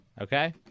Okay